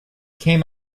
came